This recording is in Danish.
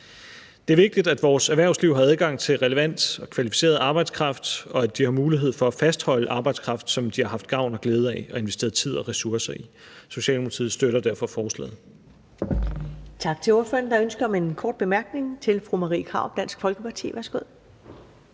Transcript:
Det er vigtigt, at vores erhvervsliv har adgang til relevant og kvalificeret arbejdskraft, og at de har mulighed for at fastholde arbejdskraft, som de har haft gavn og glæde af og investeret tid og ressourcer i. Socialdemokratiet støtter derfor forslaget.